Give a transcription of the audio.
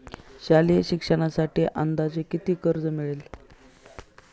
शालेय शिक्षणासाठी अंदाजे किती कर्ज मिळेल?